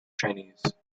chinese